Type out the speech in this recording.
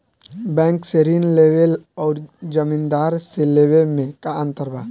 Bank से ऋण लेवे अउर जमींदार से लेवे मे का अंतर बा?